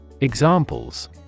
Examples